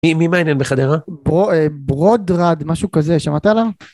מי מעניין בחדרה? ברודרד, משהו כזה, שמעת עליו?